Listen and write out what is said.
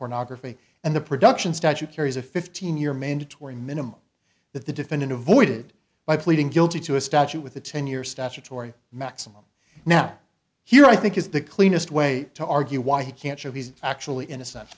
pornography and the production statute carries a fifteen year mandatory minimum that the defendant avoided by pleading guilty to a statute with a ten year statutory maximum now here i think is the cleanest way to argue why he can't show he's actually innocent